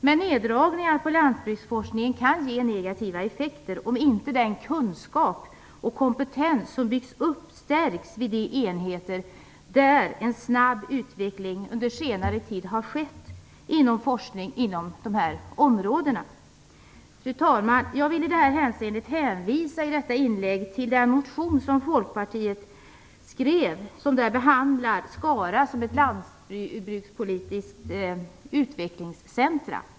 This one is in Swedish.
Men neddragningarna på lantbruksforskningen kan ge negativa effekter, om inte den kunskap och kompetens som byggts upp stärks vid de enheter där en snabb utveckling under senare tid har skett på dessa forskningsområden. Fru talman! Jag vill i detta hänseende hänvisa till Folkpartiets motion som behandlar Skara som ett lantbrukspolitiskt utvecklingscentrum.